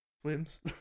swims